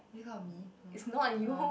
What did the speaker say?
is it cause of me no ah